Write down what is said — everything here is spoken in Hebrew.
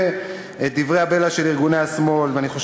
אני קורא את דברי הבלע של ארגוני השמאל,